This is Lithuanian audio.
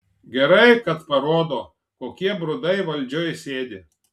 gerai kad parodo kokie brudai valdžioj sėdi